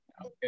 Okay